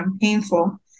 painful